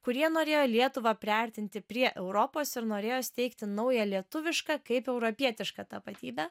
kurie norėjo lietuvą priartinti prie europos ir norėjo steigti naują lietuvišką kaip europietišką tapatybę